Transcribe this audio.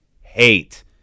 Hate